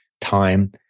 time